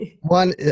One